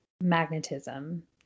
magnetism